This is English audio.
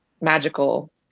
magical